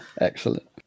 Excellent